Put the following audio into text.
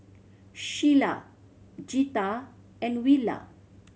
Shayla Jetta and Willa